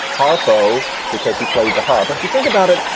harpo because he played the harp. if you think about it,